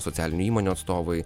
socialinių įmonių atstovai